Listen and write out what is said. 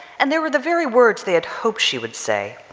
and there were the very words they had hoped she would say.